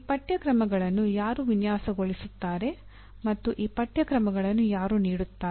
ಈ ಪಠ್ಯಕ್ರಮಗಳನ್ನು ಯಾರು ವಿನ್ಯಾಸಗೊಳಿಸುತ್ತಾರೆ ಮತ್ತು ಈ ಪಠ್ಯಕ್ರಮಗಳನ್ನು ಯಾರು ನೀಡುತ್ತಾರೆ